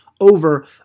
over